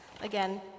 Again